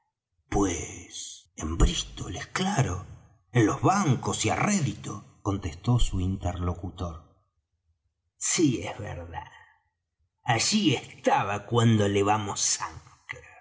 pues en brístol es claro en los bancos y á rédito contestó su interlocutor es verdad allí estaba cuando levamos anclas